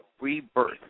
rebirth